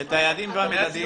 את היעדים ואת המדדים.